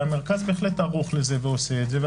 המרכז בהחלט ערוך לזה ועושה את זה.